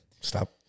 Stop